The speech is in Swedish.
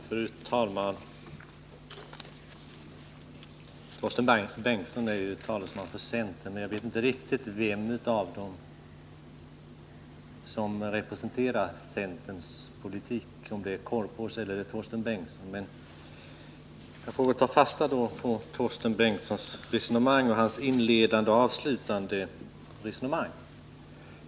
Fru talman! Torsten Bengtson är ju talesman för centern, men jag vet inte riktigt om det är Sture Korpås eller Torsten Bengtson som representerar centerns politik. Men jag får väl ta fasta på Torsten Bengtsons inledande och avslutande resonemang.